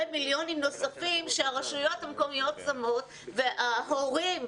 מיליונים נוספים שהרשויות המקומיות שמות וההורים,